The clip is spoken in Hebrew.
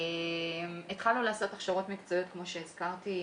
כמו שהזכרתי,